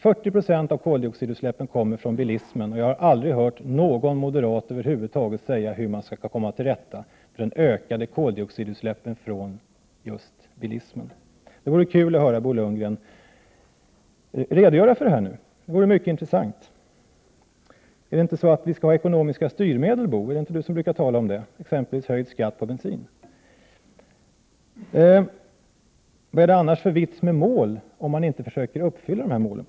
40 96 av koldioxidutsläppen kommer från bilismen, och jag har över huvud taget aldrig hört någon moderat säga något om hur man skall komma tillrätta med de ökade koldioxidutsläppen från just bilismen. Det vore kul att höra Bo Lundgren redogöra för detta. Det vore mycket intressant. Skall vi inte ha ekonomiska styrmedel, som Bo Lundgren brukar tala om, exempelvis höjd skatt på bensin? Vad är det annars för vits med att ha mål om man inte på något sätt försöker uppfylla målen?